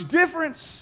difference